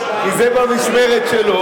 הוא שכח,